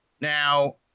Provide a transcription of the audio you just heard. Now